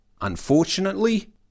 Unfortunately